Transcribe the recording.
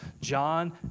John